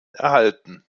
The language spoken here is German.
erhalten